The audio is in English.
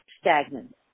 stagnant